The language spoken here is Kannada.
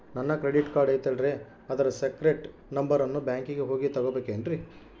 ನನ್ನ ಕ್ರೆಡಿಟ್ ಕಾರ್ಡ್ ಐತಲ್ರೇ ಅದರ ಸೇಕ್ರೇಟ್ ನಂಬರನ್ನು ಬ್ಯಾಂಕಿಗೆ ಹೋಗಿ ತಗೋಬೇಕಿನ್ರಿ?